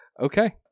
Okay